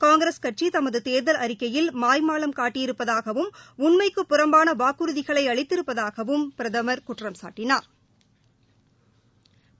காங்கிரஸ் கட்சிதமத்தேர்தல் அறிக்கையில் மாய்மாலம் காட்டியிருப்பதாகவும் உண்மைக்குப் புறம்பானவாக்குறுதிகளைஅளித்திருப்பதாகவும் பிரதமா் குற்றம்சாட்டினாா்